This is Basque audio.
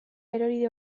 erori